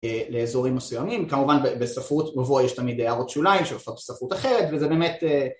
לאזורים מסוימים, כמובן בספרות מבוא יש תמיד הערות שוליים שעושה ספרות אחרת וזה באמת